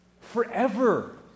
Forever